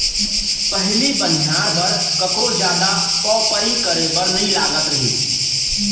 पहिली बनिहार बर कखरो जादा पवपरी करे बर नइ लागत रहिस